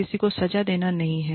किसी को सजा देना नहीं है